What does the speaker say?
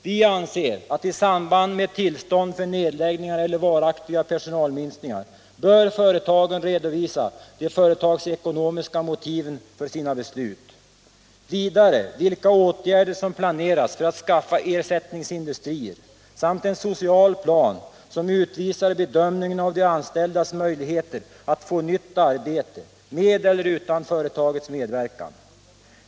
Vi anser att i samband med tillstånd för nedläggningar eller varaktiga personalminskningar bör företagen redovisa de företagsekonomiska motiven för sina beslut, vilka åtgärder som planerats för att skaffa ersättningsindustrier och en social plan som utvisar bedömningen av de anställdas möjligheter att få nytt arbete, med eller utan företagets medverkan.